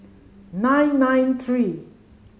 nine nine three